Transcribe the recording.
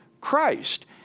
Christ